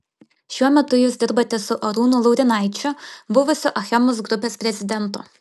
šiuo metu jūs dirbate su arūnu laurinaičiu buvusiu achemos grupės prezidentu